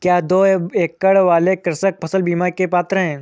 क्या दो एकड़ वाले कृषक फसल बीमा के पात्र हैं?